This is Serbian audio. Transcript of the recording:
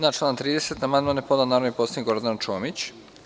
Na član 30. amandman je podnela narodni poslanik Gordana Čomić.